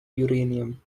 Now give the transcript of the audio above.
uranium